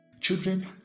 children